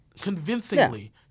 convincingly